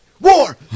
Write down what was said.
War